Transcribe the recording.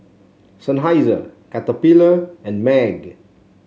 Seinheiser Caterpillar and MAG